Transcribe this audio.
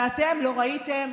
ואתם לא ראיתם,